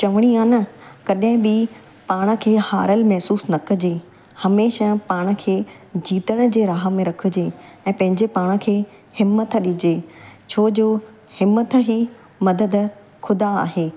चवणी आहे न कॾहिं बि पाण खे हारियलु महिसूसु न कजे हमेशह पाण खे जीतण जे राह में रखिजे ऐं पंहिंजे पाण खे हिमथ ॾिजे छोजो हिमथ ई मदद ख़ुदा आहे